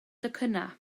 docynnau